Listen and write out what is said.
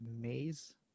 maze